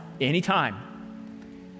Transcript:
anytime